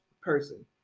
person